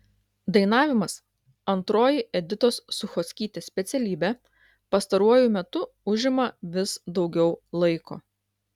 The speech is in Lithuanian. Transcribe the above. dainavimas antroji editos suchockytės specialybė pastaruoju metu užima vis daugiau laiko